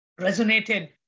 resonated